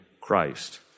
Christ